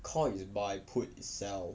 call is buy put is sell